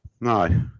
No